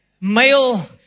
male